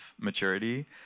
maturity